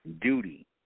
duty